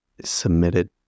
submitted